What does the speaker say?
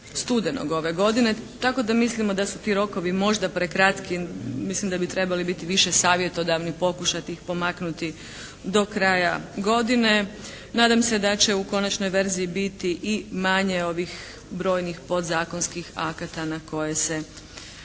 studenog ove godine, tako da mislimo da su ti rokovi možda prekratki. Mislim da bi trebali biti više savjetodavni, pokušati ih pomaknuti do kraja godine. Nadam se da će u konačnoj verziji biti i manje ovih brojnih podzakonskih akata na koje se